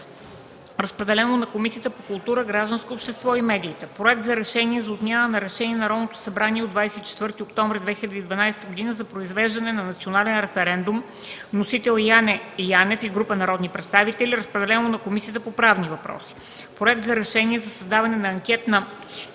Разпределен е на Комисията по културата, гражданското общество и медиите. Проект за решение за отмяна на Решението на Народното събрание от 24 октомври 2012 г. за произвеждане на национален референдум. Вносители – Яне Янев и група народни представители. Разпределен е на Комисията по правни въпроси. Проект за решение за създаване на анкетна